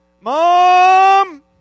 Mom